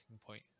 point